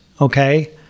Okay